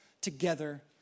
together